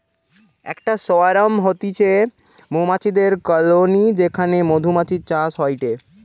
একটা সোয়ার্ম হতিছে মৌমাছির কলোনি যেখানে মধুমাছির চাষ হয়টে